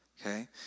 Okay